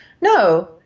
no